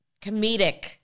comedic